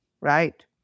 right